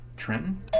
Trenton